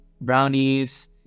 brownies